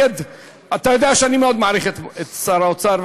אתה יודע שאני מאוד מעריך את שר האוצר,